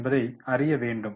என்பதை அறிய வேண்டும்